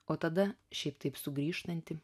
o tada šiaip taip sugrįžtantį